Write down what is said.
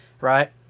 right